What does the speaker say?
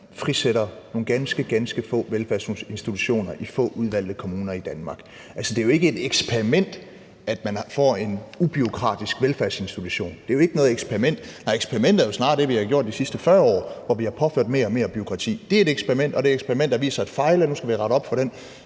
frisætter nogle ganske få velfærdsinstitutioner i få udvalgte kommuner i Danmark. Altså, det er jo ikke et eksperiment, at man får en ubureaukratisk velfærdsinstitution. Det er jo ikke noget eksperiment. Nej, eksperimentet er jo snarere det, vi har gjort de sidste 40 år, hvor vi har påført mere og mere bureaukrati. Det er et eksperiment, og det er et eksperiment, der har vist sig at fejle, og nu skal vi have rettet op på den